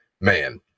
man